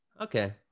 okay